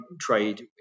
trade